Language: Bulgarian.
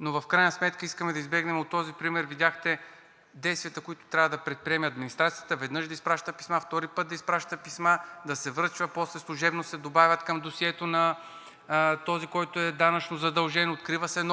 но в крайна сметка искаме да избегнем, от този пример видяхте, действията, които трябва да предприеме администрацията – веднъж да изпраща писма, втори път да изпраща писма, да се връчва, после служебно се добавят към досието на този, който е данъчно задължен, открива се